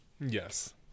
Yes